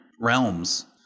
realms